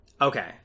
Okay